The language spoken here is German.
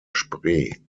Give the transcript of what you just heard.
spree